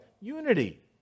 unity